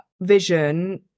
vision